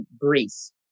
Greece